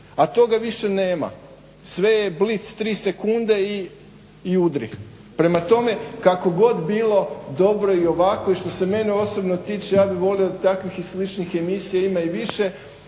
a toga više nema, sve je blic tri sekunde i udri. Prema tome kako god bilo dobro je i ovako i što se mene osobne tiče ja bih volio da takvih i sličnih emisija ima i više,